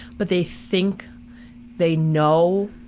but they think they know,